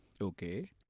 Okay